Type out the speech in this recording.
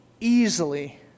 easily